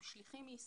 עם שליחים מישראל,